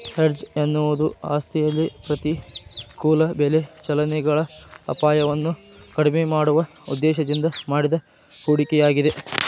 hedge ಎನ್ನುವುದು ಆಸ್ತಿಯಲ್ಲಿ ಪ್ರತಿಕೂಲ ಬೆಲೆ ಚಲನೆಗಳ ಅಪಾಯವನ್ನು ಕಡಿಮೆ ಮಾಡುವ ಉದ್ದೇಶದಿಂದ ಮಾಡಿದ ಹೂಡಿಕೆಯಾಗಿದೆ